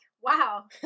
wow